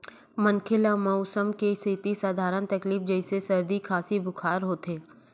मनखे ल मउसम के सेती सधारन तकलीफ जइसे सरदी, खांसी, बुखार होथे